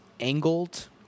angled